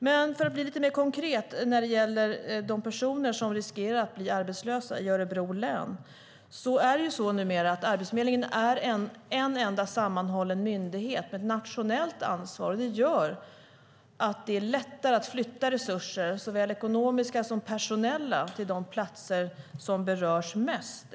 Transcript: Men för att bli lite mer konkret när det gäller de personer som riskerar att bli arbetslösa i Örebro län: Arbetsförmedlingen är numera en enda sammanhållen myndighet med ett nationellt ansvar. Det gör att det är lättare att flytta resurser, såväl ekonomiska som personella, till de platser som berörs mest.